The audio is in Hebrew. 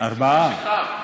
מקשיבים בקשב רב.